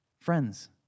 friends